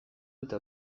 eta